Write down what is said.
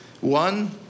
one